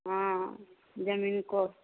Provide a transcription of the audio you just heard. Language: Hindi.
हाँ जमीन को